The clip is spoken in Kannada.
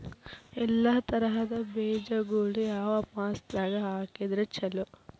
ಎಲ್ಲಾ ತರದ ಬೇಜಗೊಳು ಯಾವ ಮಾಸದಾಗ್ ಹಾಕಿದ್ರ ಛಲೋ?